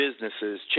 businesses